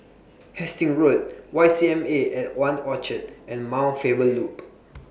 Hastings Road Y C M A At one Orchard and Mount Faber Loop